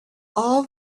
all